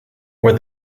where